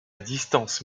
distance